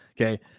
Okay